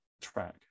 track